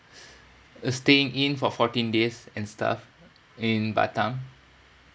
uh staying in for fourteen days and stuff in batam